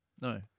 No